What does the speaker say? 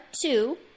two